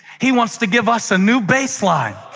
he wants to give us a new baseline.